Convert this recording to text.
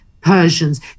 Persians